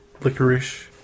Licorice